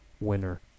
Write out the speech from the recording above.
winner